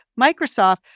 Microsoft